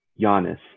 Giannis